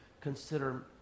consider